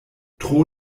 tro